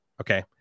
okay